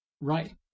right